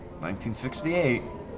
1968